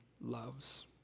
loves